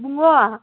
ꯏꯕꯨꯡꯉꯣ